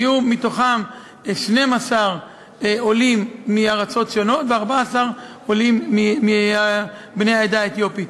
היו בהם 12 עולים מארצות שונות ו-14 עולים מבני העדה האתיופית.